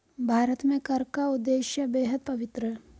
भारत में कर का उद्देश्य बेहद पवित्र है